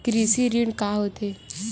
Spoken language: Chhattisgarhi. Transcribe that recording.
कृषि ऋण का होथे?